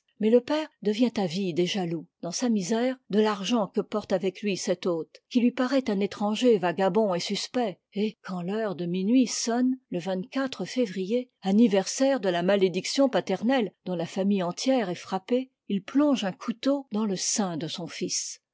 mais le père devient avide et jaloux dans sa misère de l'argent que porte avec lui cet hôte qui lui paraît un étranger vagabond et suspect et quand l'heure de minuit sonne le vingt-quatre février anniversaire de la malédiction paternelle dont la famille entière est frappée il plonge un couteau dans le sein de son fils